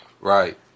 Right